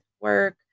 work